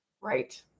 right